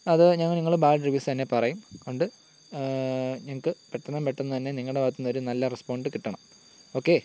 അത് ഞങ്ങൾ നിങ്ങൾ ബാഡ് റിവ്യൂസ് തന്നെ പറയും ണ്ട് ഞങ്ങൾക്ക് എത്രയും പെട്ടെന്ന് തന്നെ നിങ്ങളുടെ ഭാഗത്തുനിന്നും ഒരു നല്ല റെസ്പോണ്ട് കിട്ടണം ഓക്കെ താങ്ക് യൂ